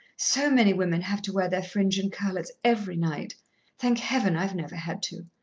so many women have to wear their fringe in curlers every night thank heaven, i've never had to.